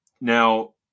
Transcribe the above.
Now